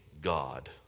God